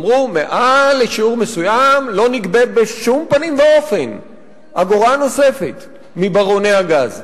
אמרו: מעל שיעור מסוים לא נגבה בשום פנים ואופן אגורה נוספת מברוני הגז.